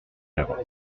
d’avance